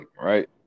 right